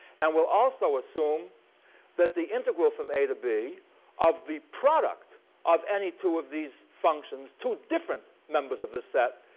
and we'll also assume that the integral from a to b of the product of any two of these functions, two different members of the set,